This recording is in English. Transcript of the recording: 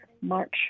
March